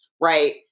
right